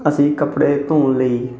ਅਸੀਂ ਕੱਪੜੇ ਧੋਣ ਲਈ